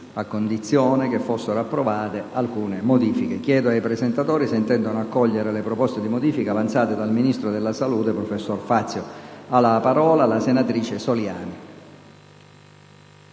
a condizione che fossero approvate alcune modifiche. Chiedo ai presentatori se intendono accogliere le proposte di modifica avanzate dal ministro della salute, professor Fazio.